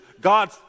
God